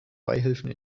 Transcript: beihilfen